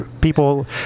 people